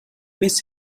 miss